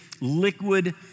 liquid